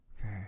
Okay